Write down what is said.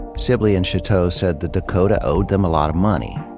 sibley and chouteau said the dakota owed them a lot of money.